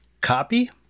copy